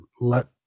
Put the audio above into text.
let